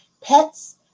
Pets